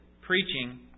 preaching